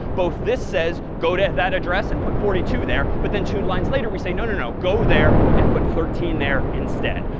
both this says go to that address and put forty two there, but then two lines later, we say, no, no, no, go there and put thirteen there instead.